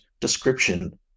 description